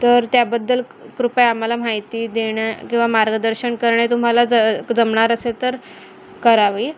तर त्याबद्दल कृपया आम्हाला माहिती देणं किंवा मार्गदर्शन करणे तुम्हाला ज जमणार असेल तर करावी